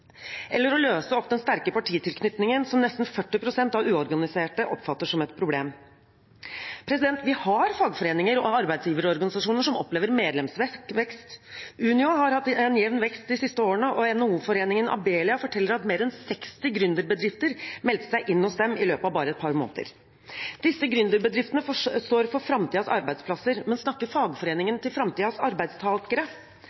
eller å løse opp den sterke partitilknytningen som nesten 40 pst. av de uorganiserte oppfatter som et problem? Vi har fagforeninger og arbeidsgiverorganisasjoner som opplever medlemsvekst. Unio har hatt en jevn vekst de siste årene, og NHO-foreningen Abelia forteller at mer enn 60 gründerbedrifter meldte seg inn hos dem i løpet av bare et par måneder. Disse gründerbedriftene står for framtidens arbeidsplasser, men snakker